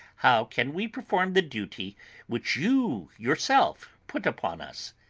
how can we perform the duty which you yourself put upon us?